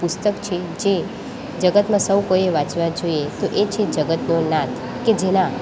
પુસ્તક છે જે જગતમાં સૌ કોઈએ વાંચવા જોઈએ તો એ છે જગતનો નાથ કે જેના